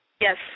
Yes